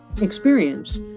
experience